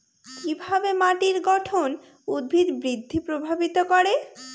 কিভাবে মাটির গঠন উদ্ভিদ বৃদ্ধি প্রভাবিত করে?